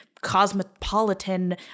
cosmopolitan